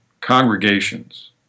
congregations